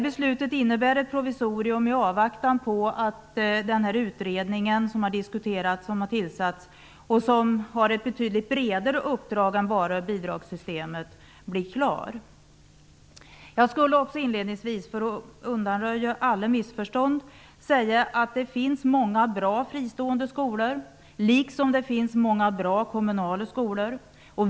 Beslutet innebär ett provisorium i avvaktan på att den utredning som har diskuterats och tillsatts och som har ett betydligt bredare uppdrag än bara bidragssystemet blir klar. För att undanröja alla missförstånd vill jag också inledningsvis säga att det finns många bra fristående skolor liksom det finns många bra kommunala skolor.